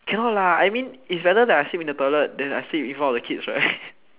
cannot lah I mean is rather I sleep in the toilet than I sleep in front of the kids right